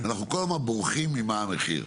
אנחנו כל הזמן בורחים ממה המחיר?